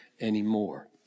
anymore